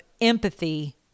empathy